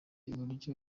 uburyo